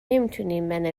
نمیتونین